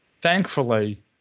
Thankfully